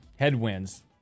headwinds